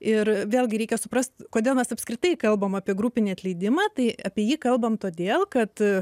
ir vėlgi reikia suprasti kodėl mes apskritai kalbame apie grupinį atleidimą tai apie jį kalbame todėl kad